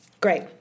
great